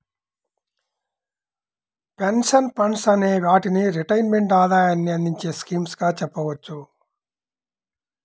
pension funds అనే వాటిని retirement ఆదాయాన్ని అందించే స్కీమ్స్ గా చెప్పవచ్చు